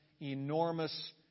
enormous